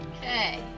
Okay